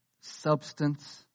Substance